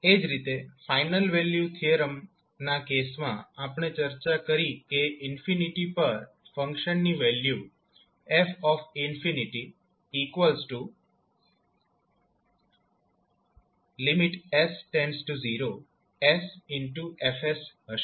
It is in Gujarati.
એ જ રીતે ફાઇનલ વેલ્યુ થીયરમના કેસ માં આપણે ચર્ચા કરી કે ઇન્ફિનિટી પર ફંક્શનની વેલ્યુ fs0 sF હશે